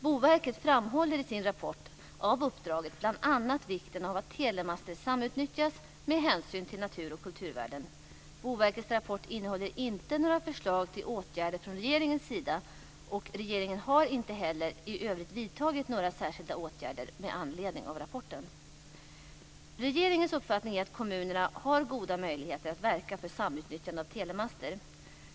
Boverket framhåller i sin rapport av uppdraget bl.a. vikten av att telemaster samutnyttjas med hänsyn till natur och kulturvärden. Boverkets rapport innehåller inte några förslag till åtgärder från regeringens sida, och regeringen har inte heller i övrigt vidtagit några särskilda åtgärder med anledning av rapporten. Regeringens uppfattning är att kommunerna har goda möjligheter att verka för samutnyttjande av telemaster.